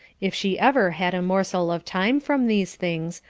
if she ever had a morsel of time from these things,